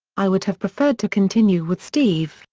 i would have preferred to continue with steve,